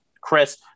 Chris